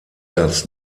das